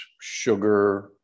sugar